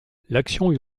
l’action